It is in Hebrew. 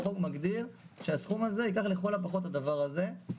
החוק מגדיר שהסכום הזה ייקח לכל הפחות את הדבר הזה,